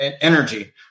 energy